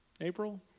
April